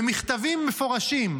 במכתבים מפורשים: